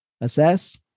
assess